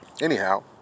Anyhow